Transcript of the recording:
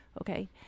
Okay